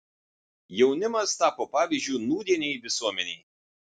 jaunimas tapo pavyzdžiu nūdienei visuomenei